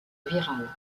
virale